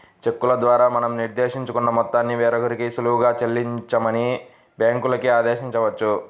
చెక్కుల ద్వారా మనం నిర్దేశించుకున్న మొత్తాన్ని వేరొకరికి సులువుగా చెల్లించమని బ్యాంకులకి ఆదేశించవచ్చు